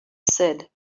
said